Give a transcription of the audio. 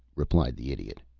replied the idiot.